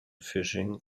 fishing